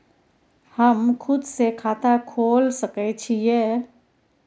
हम खुद से खाता खोल सके छीयै?